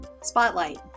Spotlight